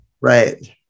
Right